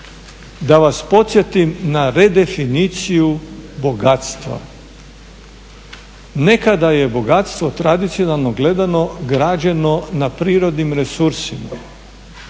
da vas podsjetim na redefiniciju bogatstva. Nekada je bogatstvo tradicionalno gledano građeno na prirodnim resursima.